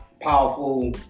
Powerful